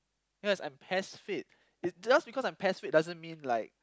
yes I'm Pes fit just because I'm Pes fit doesn't mean like